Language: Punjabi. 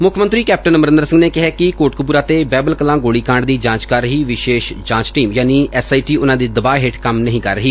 ਮੁੱਖ ਮੰਤਰੀ ਕੈਪਟਨ ਅਮਰੰਦਰ ਸਿੰਘ ਨੇ ਕਿਹੈ ਕਿ ਕੋਟਕਪੂਰਾ ਤੇ ਬਹਿਬਲ ਕਲਾਂ ਗੋਲੀਕਾਂਡ ਦੀ ਜਾਂਚ ਕਰ ਰਹੀ ਵਿਸ਼ੇਸ਼ ਜਾਂਚ ਟੀਮ ਯਾਨੀ ਐਸ ਆਈ ਟੀ ਉਨਾਂ ਦੇ ਦਬਾਅ ਹੇਠ ਕੰਮ ਨਹੀਂ ਕਰ ਰਹੀ